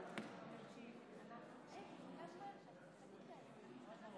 יש שינוי בתוצאות, יש שינוי: בעד,